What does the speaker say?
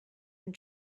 and